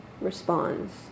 responds